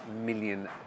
million